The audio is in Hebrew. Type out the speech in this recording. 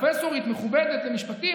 פרופסור מכובדת למשפטים,